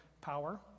power